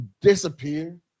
disappear